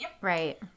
Right